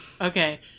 Okay